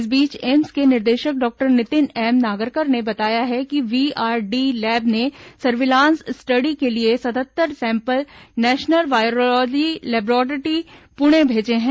इस बीच एम्स के निदेशक डॉक्टर नितिन एम नागरकर ने बताया कि वीआरडी लैब ने सर्विलांस स्टडी के लिए सत्तर sample national virology laboratory Pune भेजे हैं